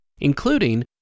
including